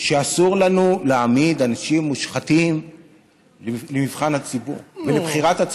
אסור לנו להעמיד אנשים מושחתים למבחן הציבור ולבחירת הציבור.